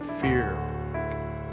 fear